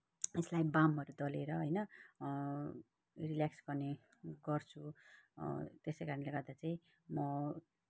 यसलाई बामहरू दलेर होइन रिल्याक्स गर्ने गर्छु त्यसै कारणले गर्दा चाहिँ म